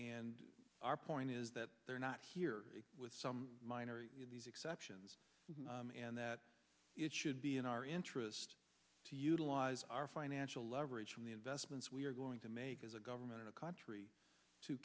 and our point is that they're not here with some minor exceptions and that it should be in our interest to utilise our financial leverage from the investments we're going to make as a government in a country to